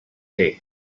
day